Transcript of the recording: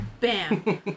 Bam